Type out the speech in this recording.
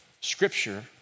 Scripture